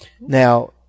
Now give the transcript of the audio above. Now